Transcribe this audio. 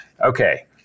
Okay